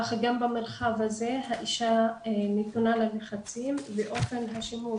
אך גם במרחב הזה האישה נתונה ללחצים ואופן השימוש